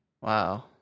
Wow